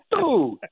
dude